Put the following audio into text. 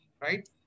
right